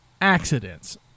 accidents